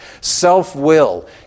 self-will